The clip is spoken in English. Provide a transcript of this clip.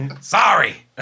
Sorry